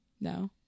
No